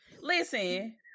Listen